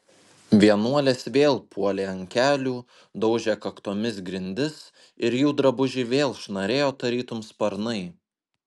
vienuolės vėl puolė ant kelių daužė kaktomis grindis ir jų drabužiai vėl šnarėjo tarytum sparnai